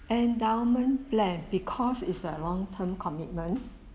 endowment plan because is a long term commitment